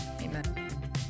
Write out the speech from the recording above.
Amen